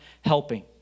helping